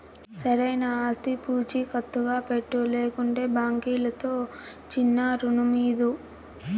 సరైన ఆస్తి పూచీకత్తుగా పెట్టు, లేకంటే బాంకీలుతో చిన్నా రుణమీదు